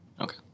Okay